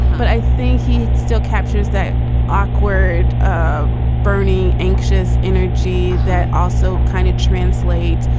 but i think he still captures that awkward, um burning, anxious energy that also kind of translates.